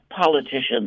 politicians